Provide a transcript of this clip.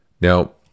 Now